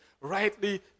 rightly